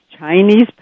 Chinese